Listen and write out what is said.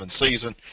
season